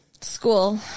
School